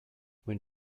when